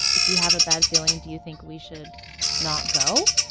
if you have a bad feeling, do you think we should not go?